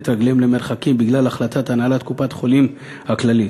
רגליהם למרחקים בגלל החלטת הנהלת קופת-החולים הכללית.